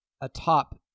atop